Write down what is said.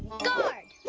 guard.